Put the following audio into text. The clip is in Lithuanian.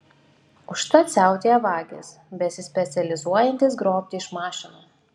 užtat siautėja vagys besispecializuojantys grobti iš mašinų